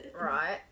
right